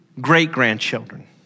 great-grandchildren